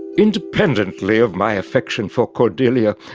independently of my affection for cordelia,